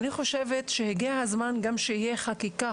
אימאן ח'טיב יאסין (רע"מ, רשימת האיחוד הערבי):